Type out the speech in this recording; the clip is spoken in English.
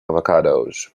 avocados